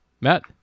Matt